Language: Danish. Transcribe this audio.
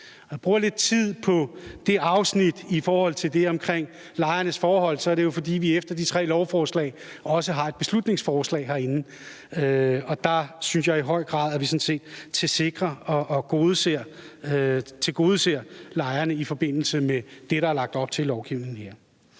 jeg bruger lidt tid på det afsnit om lejernes forhold, er det jo, fordi vi efter de tre lovforslag også har et beslutningsforslag herinde. Og der synes jeg i høj grad, at vi sådan set tilsikrer og tilgodeser lejerne i forbindelse med det, der er lagt op til i lovgivningen her.